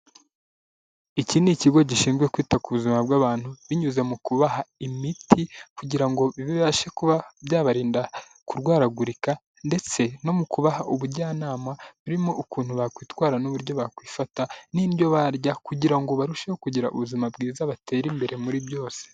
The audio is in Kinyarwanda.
Iki ni ikigo gishinzwe kwita ku buzima bw'abantu binyuze mu kubaha imiti kugira ngo bibashe kuba byabarinda kurwaragurika ndetse no mu kubaha ubujyanama burimo ukuntu bakwitwara n'uburyo bakwifata n'indyo barya kugira ngo barusheho kugira ubuzima bwiza batera imbere muri byose.